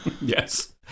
Yes